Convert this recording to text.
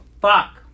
fuck